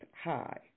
high